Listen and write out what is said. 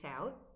out